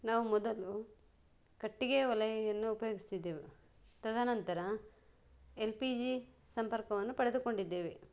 ನಾವು ಮೊದಲು ಕಟ್ಟಿಗೆ ಒಲೆಯನ್ನು ಉಪಯೋಗಿಸ್ತಿದ್ದೆವು ತದನಂತರ ಎಲ್ ಪಿ ಜಿ ಸಂಪರ್ಕವನ್ನು ಪಡೆದುಕೊಂಡಿದ್ದೇವೆ